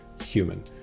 human